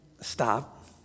stop